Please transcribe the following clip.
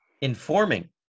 informing